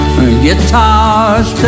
Guitars